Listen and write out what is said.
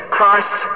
Christ